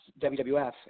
WWF